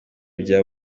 bya